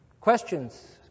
Questions